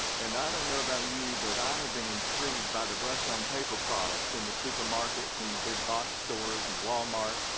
and i don't know about you, but i have been intrigued by the rush on paper products in the supermarkets and the big box stores and walmart.